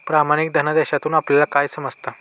प्रमाणित धनादेशातून आपल्याला काय समजतं?